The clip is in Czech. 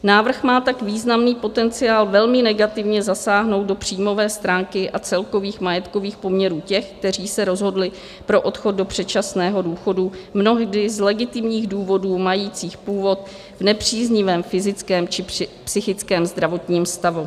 Návrh má tak významný potenciál velmi negativně zasáhnout do příjmové stránky a celkových majetkových poměrů těch, kteří se rozhodli pro odchod do předčasného důchodu mnohdy z legitimních důvodů majících původ v nepříznivém fyzickém či psychickém zdravotním stavu.